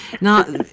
Now